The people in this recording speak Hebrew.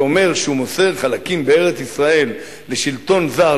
שאומר שהוא מוסר חלקים בארץ-ישראל לשלטון זר,